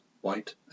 white